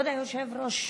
כבוד היושב-ראש,